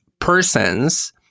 persons